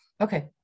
Okay